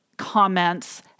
Comments